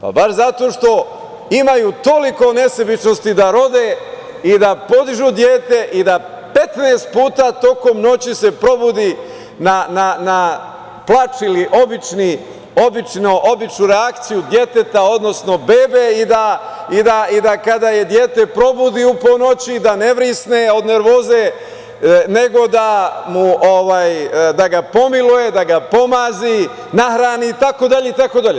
Pa baš zato što imaju toliko nesebičnosti da rode i da podižu dete i da 15 puta tokom noći se probudi na plač ili običnu reakciju deteta odnosno bebe i da kada je dete probudi u pola noći da ne vrisne od nervoze, nego da ga pomiluje, da ga pomazi, nahrani, itd, itd.